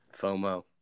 FOMO